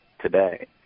today